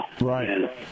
Right